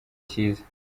cyiza